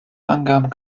angaben